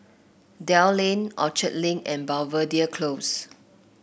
Dell Lane Orchard Link and Belvedere Close